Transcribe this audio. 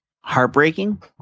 heartbreaking